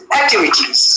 activities